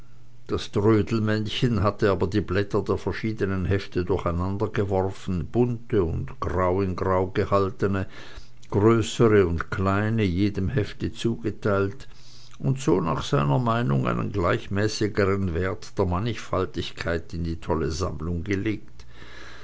das trödelmännchen hatte aber die blätter der verschiedenen hefte durcheinandergeworfen bunte und grau in grau gehaltene größere und kleine jedem hefte zugeteilt und so nach seiner meinung einen gleichmäßigern wert der mannigfaltigkeit in die tolle sammlung gelegt